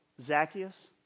Zacchaeus